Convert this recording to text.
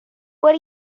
what